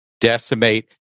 decimate